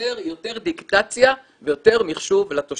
לייצר יותר דיגיטציה ויותר מחשוב לתושב.